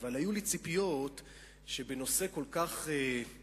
אבל היו לי ציפיות שבנושא כל כך גורלי,